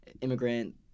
immigrant